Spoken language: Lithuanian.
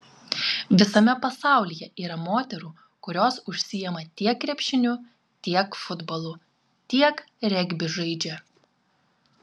visame pasaulyje yra moterų kurios užsiima tiek krepšiniu tiek futbolu tiek regbį žaidžia